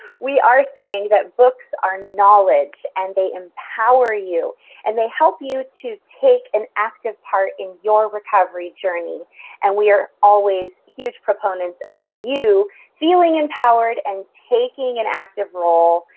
we are saying that books are knowledge and they empower you and they help you to take an active part in your recovery journey and we are always huge proponents of you feeling empowered and taking an active role,